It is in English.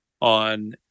on